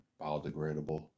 biodegradable